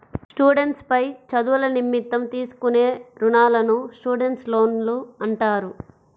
students పై చదువుల నిమిత్తం తీసుకునే రుణాలను స్టూడెంట్స్ లోన్లు అంటారు